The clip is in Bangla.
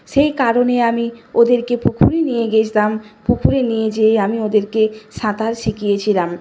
সেই কারণে আমি ওদেরকে পুকুরে নিয়ে গিয়েছিলাম পুকুরে নিয়ে যেয়ে আমি ওদেরকে সাঁতার শিখিয়েছিলাম